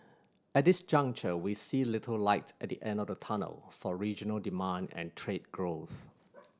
at this juncture we see little light at the end of the tunnel for regional demand and trade growth